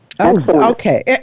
okay